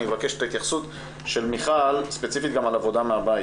אני אבקש את ההתייחסות של מיכל ספציפית גם על עבודה מהבית.